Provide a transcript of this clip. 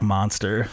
Monster